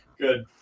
Good